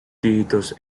dígitos